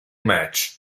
match